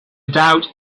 doubt